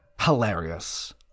hilarious